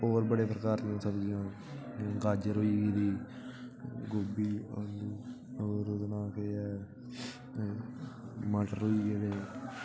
होर बड़े प्रकार दियां सब्ज़ियां गाजर होई गोभी आलू होर जि'यां कि मटर होई गेदे